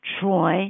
Troy